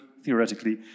theoretically